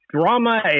drama